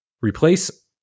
replace